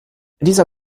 dieser